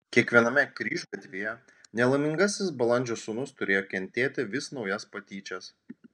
kiekviename kryžgatvyje nelaimingasis balandžio sūnus turėjo kentėti vis naujas patyčias